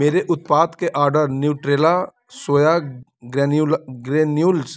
मेरे उत्पाद के order Nutrela soya granu granules